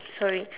sorry